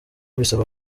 bisaba